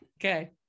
Okay